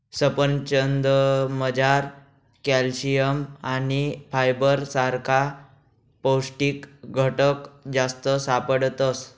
सफरचंदमझार कॅल्शियम आणि फायबर सारखा पौष्टिक घटक जास्त सापडतस